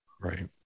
Right